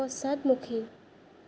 পশ্চাদমুখী